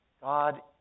God